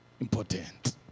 important